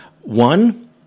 One